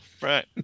right